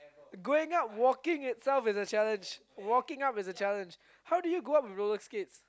going up walking itself is a challenge walking up is a challenge how did you go up with roller skates